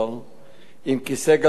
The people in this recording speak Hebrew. עם כיסא גלגלים פרטי,